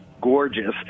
Gorgeous